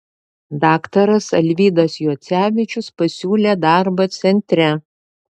daktaras alvydas juocevičius pasiūlė darbą centre